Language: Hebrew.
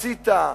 עשית,